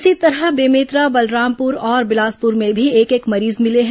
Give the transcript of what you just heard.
इसी तरह बेमेतरा बलरामपुर और बिलासपुर में भी एक एक मरीज भिले हैं